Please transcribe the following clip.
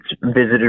visited